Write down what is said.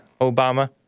Obama